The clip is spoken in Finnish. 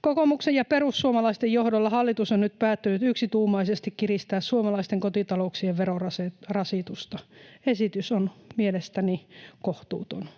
Kokoomuksen ja perussuomalaisten johdolla hallitus on nyt päättänyt yksituumaisesti kiristää suomalaisten kotitalouksien verorasitusta. Esitys on mielestäni kohtuuton.